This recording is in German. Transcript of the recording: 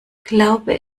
glaube